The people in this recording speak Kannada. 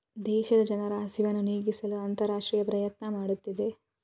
ದೇಶದ ಜನರ ಹಸಿವನ್ನು ನೇಗಿಸಲು ಅಂತರರಾಷ್ಟ್ರೇಯ ಪ್ರಯತ್ನ ಮಾಡುತ್ತಿದೆ